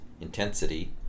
intensity